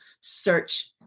search